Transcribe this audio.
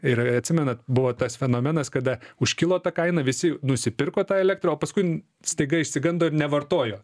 ir atsimenat buvo tas fenomenas kada užkilo ta kaina visi nusipirko tą elektrą o paskui staiga išsigando ir nevartojo